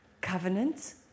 Covenant